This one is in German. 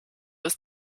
ist